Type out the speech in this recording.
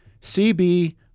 CB